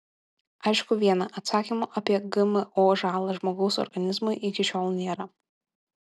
aišku viena atsakymo apie gmo žalą žmogaus organizmui iki šiol nėra